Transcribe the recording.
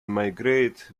migrate